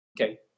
Okay